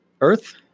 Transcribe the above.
Earth